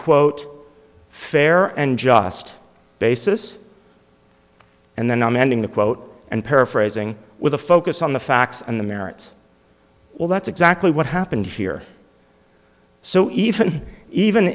quote fair and just basis and then i'm ending the quote and paraphrasing with a focus on the facts and the merits well that's exactly what happened here so even even